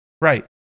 Right